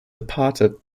departed